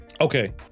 Okay